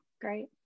Great